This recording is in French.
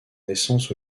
naissance